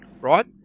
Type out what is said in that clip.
right